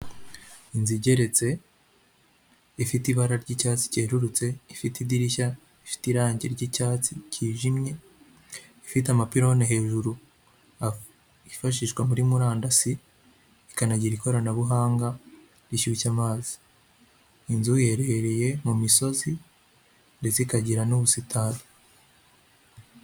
Inzu igeretse ifite ibara ry'icyatsi cyerurutse ifite idirishya rifite irangi ry’icyatsi cyijimye, ifite amapironi hejuru yifashishwa muri murandasi, ikanagira ikoranabuhanga rishyushya amazi. Inzu iherereye mu misozi ndetse ikagira n'ubusitani.